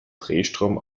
drehstrom